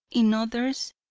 in others,